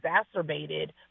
exacerbated